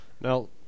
now